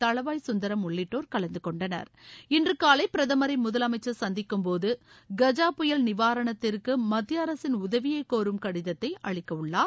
தளவாய் சுந்தரம் உள்ளிட்டோர் கலந்து கொண்டனர் இன்று காலை பிரதமரை முதலமைச்சர் சந்திக்கும் போது கஜா புயல் நிவாரணத்திற்கு மத்திய அரசின் உதவியை கோரும் கடிதத்தை அளிக்க உள்ளார்